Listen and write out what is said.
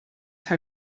how